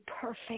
perfect